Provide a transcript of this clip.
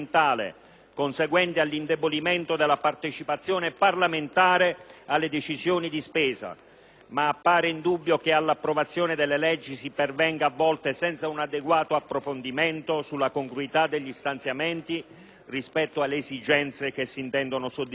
conseguenti all'indebolimento della partecipazione parlamentare alle decisioni di spesa, ma appare indubbio che all'approvazione delle leggi si pervenga a volte senza un adeguato approfondimento sulla congruità degli stanziamenti rispetto alle esigenze che si intendono soddisfare.